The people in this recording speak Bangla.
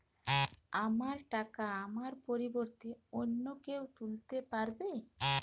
আমার টাকা আমার পরিবর্তে অন্য কেউ তুলতে পারবে?